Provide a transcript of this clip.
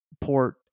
port